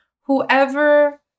whoever